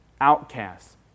outcasts